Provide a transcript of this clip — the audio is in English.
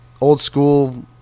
old-school